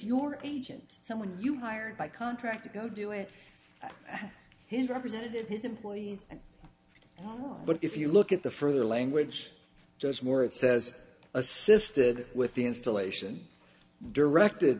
your agent someone you hired by contract to go do it his representative his employees but if you look at the further language just more it says assisted with the installation directed